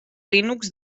linux